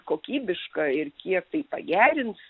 kokybiška ir kiek tai pagerins